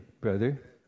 brother